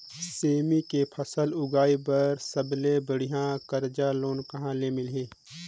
सेमी के फसल उगाई बार सबले बढ़िया कर्जा योजना कहा ले मिलही?